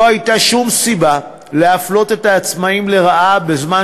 לא הייתה שום סיבה להפלות את העצמאים לרעה בזמן